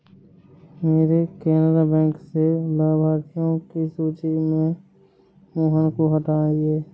मेरे केनरा बैंक से लाभार्थियों की सूची से मोहन को हटाइए